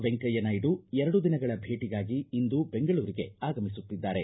ವೆಂಕಯ್ದ ನಾಯ್ದು ಎರಡು ದಿನಗಳ ಭೇಟಿಗಾಗಿ ಇಂದು ಬೆಂಗಳೂರಿಗೆ ಆಗಮಿಸುತ್ತಿದ್ದಾರೆ